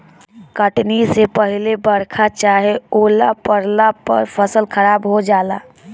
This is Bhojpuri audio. कटनी से पहिले बरखा चाहे ओला पड़ला पर फसल खराब हो जाला